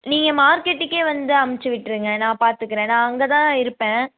நீங்கள் மார்கெட்டுக்கே வந்து அமிச்சிவிட்ருங்க நான் பார்த்துக்கறேன் நான் அங்கே தான் இருப்பேன்